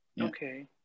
Okay